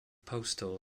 postal